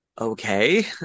okay